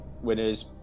winners